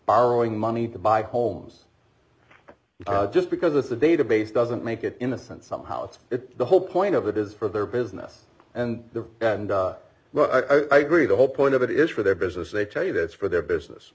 borrowing money to buy homes just because this is a database doesn't make it innocent somehow it's the whole point of it is for their business and the well i gree the whole point of it is for their business they tell you that it's for their business